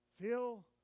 Feel